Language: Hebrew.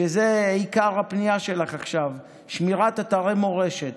שזאת עיקר הפנייה שלך עכשיו, שמירת אתרי מורשת.